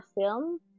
film